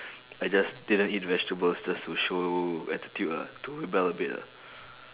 I just didn't eat the vegetables just to show attitude lah to rebel a bit ah